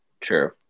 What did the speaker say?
True